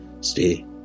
stay